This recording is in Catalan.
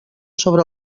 sobre